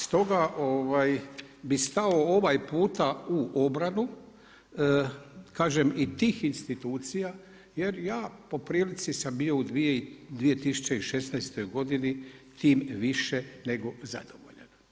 Stoga bih stao ovaj puta u obranu, kažem i tih institucija jer ja po prilici sam bio u 2016. godini tim više nego zadovoljan.